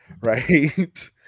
right